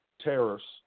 terrorists